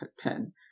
pen